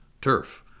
turf